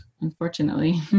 unfortunately